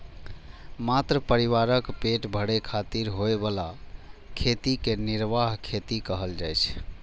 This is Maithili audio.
मात्र परिवारक पेट भरै खातिर होइ बला खेती कें निर्वाह खेती कहल जाइ छै